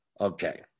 Okay